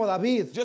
David